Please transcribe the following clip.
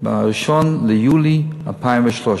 מ-1 ביולי 2013,